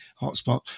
hotspot